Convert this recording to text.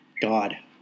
God